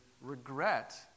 regret